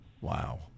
Wow